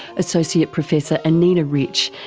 associate professor anina rich,